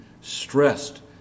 stressed